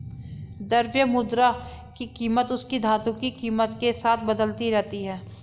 द्रव्य मुद्रा की कीमत उसकी धातु की कीमत के साथ बदलती रहती है